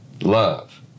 love